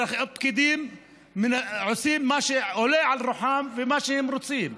פקידים עושים מה שעולה על רוחם ומה שהם רוצים.